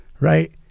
right